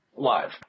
live